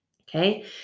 Okay